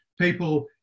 people